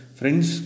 friends